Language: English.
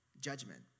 judgment